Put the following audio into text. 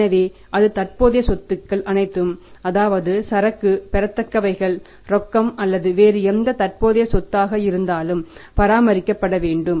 எனவே அது தற்போதைய சொத்துக்கள் அனைத்தும் அதாவது சரக்கு பெறத்தக்கவைகள் ரொக்கம் அல்லது வேறு எந்த தற்போதைய சொத்தாக இருந்தாலும் பராமரிக்கப்பட வேண்டும்